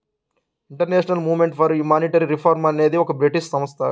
international movement for monetary reform అనేది ఒక British సంస్థ